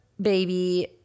baby